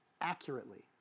accurately